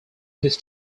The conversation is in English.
his